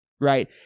right